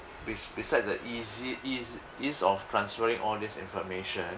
bes~ beside the easy ease ease of transferring all this information